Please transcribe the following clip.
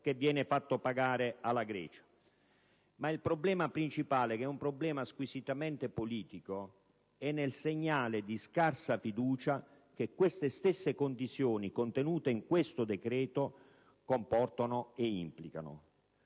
che viene fatto pagare alla Grecia. Il problema principale, squisitamente politico, è nel segnale di scarsa fiducia che queste stesse condizioni, contenute nel decreto, comportano ed implicano.